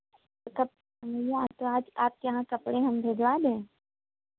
तो हम आज आपके यहाँ कपड़े हम भिजवा दें